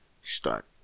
Start